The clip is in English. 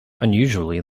unusually